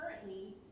currently